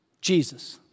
Jesus